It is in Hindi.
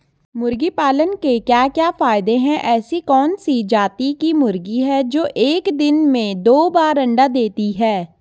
मुर्गी पालन के क्या क्या फायदे हैं ऐसी कौन सी जाती की मुर्गी है जो एक दिन में दो बार अंडा देती है?